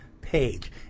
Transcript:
page